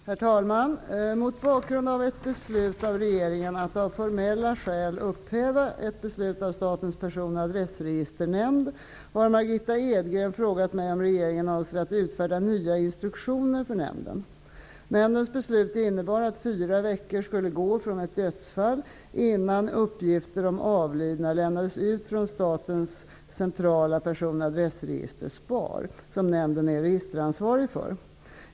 Herr talman! Mot bakgrund av ett beslut av regeringen att av formella skäl upphäva ett beslut av Statens person och adressregisternämnd har Margitta Edgren frågat mig om regeringen avser att utfärda nya instruktioner för nämnden. Nämndens beslut innebar att fyra veckor skulle gå från det att ett dödsfall inträffar tills uppgifter om den avlidne lämnas ut från statens centrala personoch adressregister, SPAR, som nämnden är registeransvarig för.